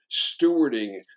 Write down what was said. stewarding